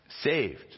saved